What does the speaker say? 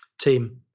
team